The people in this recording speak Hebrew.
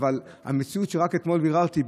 אבל המציאות שרק אתמול ביררתי,